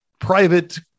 private